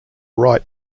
right